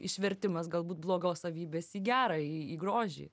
išvertimas galbūt blogos savybės į gerą į grožį